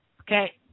Okay